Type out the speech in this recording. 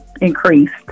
increased